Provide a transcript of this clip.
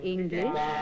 English